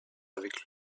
avec